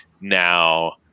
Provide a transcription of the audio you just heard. now